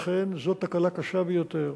לכן, זאת תקלה קשה ביותר.